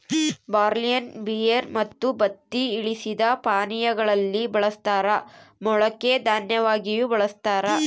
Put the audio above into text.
ಬಾರ್ಲಿಯನ್ನು ಬಿಯರ್ ಮತ್ತು ಬತ್ತಿ ಇಳಿಸಿದ ಪಾನೀಯಾ ಗಳಲ್ಲಿ ಬಳಸ್ತಾರ ಮೊಳಕೆ ದನ್ಯವಾಗಿಯೂ ಬಳಸ್ತಾರ